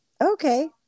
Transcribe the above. Okay